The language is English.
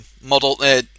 Model